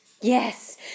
Yes